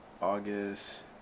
August